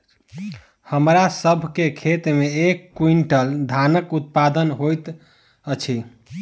हमरा सभ के खेत में एक क्वीन्टल धानक उत्पादन होइत अछि